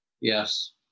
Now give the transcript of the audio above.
Yes